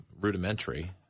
rudimentary